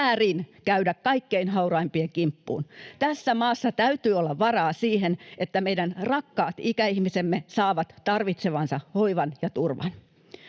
käydä kaikkein hauraimpien kimppuun. Tässä maassa täytyy olla varaa siihen, että meidän rakkaat ikäihmisemme saavat tarvitsemansa hoivan ja turvan.